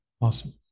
Awesome